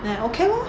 then I okay lor